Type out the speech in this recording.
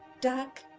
duck